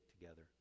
together